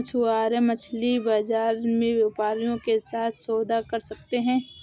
मछुआरे मछली बाजार में व्यापारियों के साथ सौदा कर सकते हैं